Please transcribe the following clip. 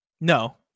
No